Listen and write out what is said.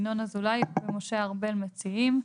ינון אזולאי ומשה ארבל מציעים: